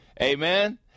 Amen